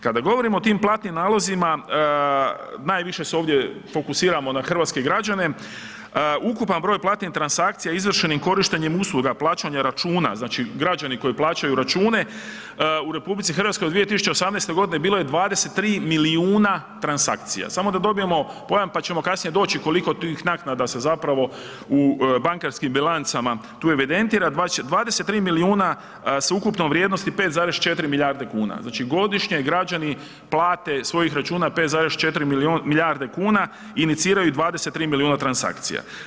Kada govorimo o tim platnim nalozima najviše se ovdje fokusiramo na hrvatske građane, ukupan broj platnih transakcija izvršenim korištenjem usluga plaćanja računa, znači građani koji plaćaju račune u RH u 2018.g. bilo je 23 milijuna transakcija, samo da dobijemo pojam, pa ćemo kasnije doći koliko tih naknada se zapravo u bankarskim bilancama tu evidentira 23 milijuna, sveukupnom vrijednosti 5,4 milijarde kuna, znači godišnje građani plate svojih računa 5,4 milijarde kuna, iniciraju 23 milijuna transakcija.